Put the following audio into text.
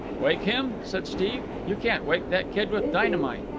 wake him? said steve. you can't wake that kid with dynamite.